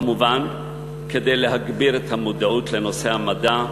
כמובן כדי להגביר את המודעות לנושא המדע,